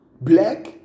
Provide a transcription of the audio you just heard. black